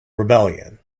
rebellion